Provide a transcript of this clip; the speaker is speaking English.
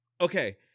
Okay